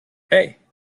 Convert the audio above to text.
hey